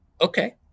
okay